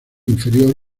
inferior